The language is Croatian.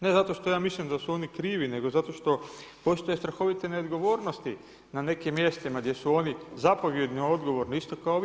Ne zato što ja mislim da su oni krivi nego zato što postoje strahovite neodgovornosti na nekim mjestima gdje su oni zapovjedno odgovorni isto kao vi.